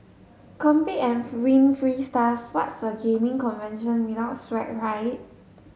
compete and win free stuff what's a gaming convention without swag right